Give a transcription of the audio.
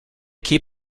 keep